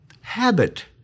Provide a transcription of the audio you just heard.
habit